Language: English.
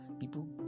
people